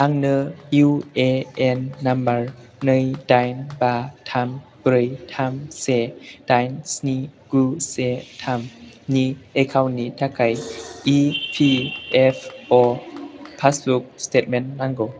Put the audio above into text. आंनो UAN number नै दाइन बा थाम ब्रै थाम से दाइन स्नि गु से थाम नि एकाउन्टनि थाखाय इपिएफअ पासबुक स्टेटमेन्ट नांगौ